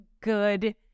good